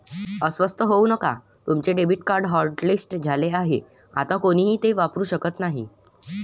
अस्वस्थ होऊ नका तुमचे डेबिट कार्ड हॉटलिस्ट झाले आहे आता कोणीही ते वापरू शकत नाही